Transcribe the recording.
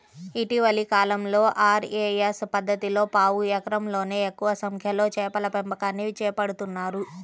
ఇటీవలి కాలంలో ఆర్.ఏ.ఎస్ పద్ధతిలో పావు ఎకరంలోనే ఎక్కువ సంఖ్యలో చేపల పెంపకాన్ని చేపడుతున్నారు